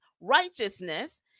righteousness